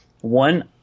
one